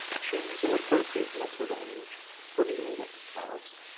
choose an appropriate letter range for the index cards.